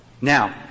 Now